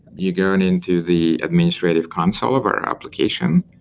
you're going into the administrative console of our application.